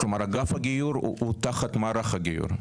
כלומר, אגף הגיור הוא תחת מערך הגיור?